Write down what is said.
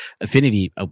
affinity